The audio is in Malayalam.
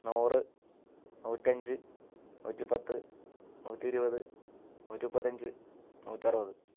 നൂറ് നൂറ്റഞ്ച് നൂറ്റിപ്പത്ത് നൂറ്റിരുപത് നൂറ്റിമുപ്പത്തഞ്ച് നൂറ്ററുപത്